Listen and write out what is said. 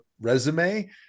resume